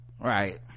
right